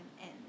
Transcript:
end